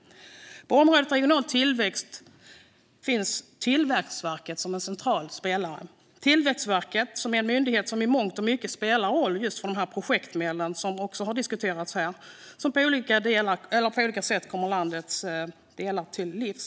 På området Regional tillväxt finns Tillväxtverket som en central spelare. Tillväxtverket är en myndighet som i mångt och mycket spelar en roll för projektmedlen som diskuterats här, som på olika sätt kommer landets delar till godo.